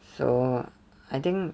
so I think